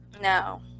No